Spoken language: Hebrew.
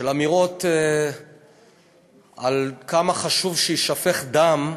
של אמירות על כמה חשוב שיישפך דם,